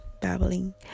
babbling